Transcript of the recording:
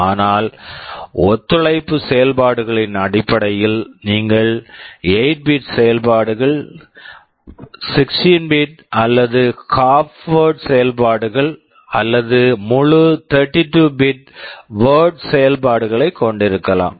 ஆனால் ஒத்துழைப்பு செயல்பாடுகளின் அடிப்படையில் நீங்கள் 8 பிட் bit செயல்பாடுகள் 16 பிட் bit அல்லது ஹால்ப் half வர்ட் word செயல்பாடுகள் அல்லது முழு 32 பிட்bit வர்ட் word செயல்பாடுகளைக் கொண்டிருக்கலாம்